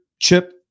chip